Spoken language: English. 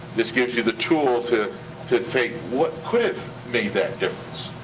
this gives you the tool to to say, what could've made that difference?